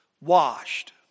Washed